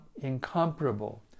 incomparable